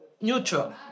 neutral